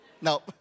No